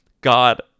God